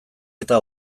eta